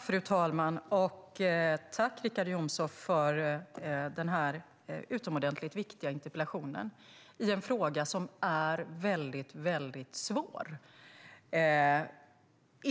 Fru talman! Tack, Richard Jomshof, för den här utomordentligt viktiga interpellationen som berör en fråga som är väldigt svår! Det är den